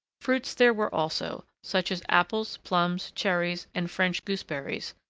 fruits there were also, such as apples, plums, cherries, and french gooseberries,